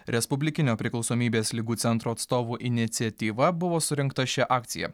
respublikinio priklausomybės ligų centro atstovų iniciatyva buvo surengta ši akcija